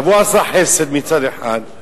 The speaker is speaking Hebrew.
הוא עשה חסד מצד אחד,